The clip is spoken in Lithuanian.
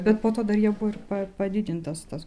bet po to dar jie buvo ir padidintas tas